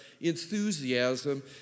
enthusiasm